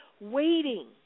waiting